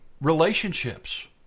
relationships